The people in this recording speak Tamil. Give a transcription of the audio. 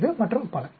5 மற்றும் பல